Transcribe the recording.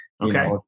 okay